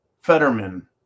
Fetterman